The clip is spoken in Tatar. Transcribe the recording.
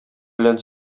белән